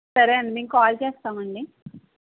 సరే అండి మేము కాల్ చేస్తామండి